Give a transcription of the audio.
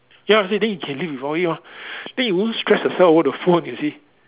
ya you see then you can live with glory mah then you won't stress yourself over the phone you see